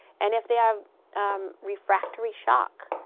and if they have refractory shock,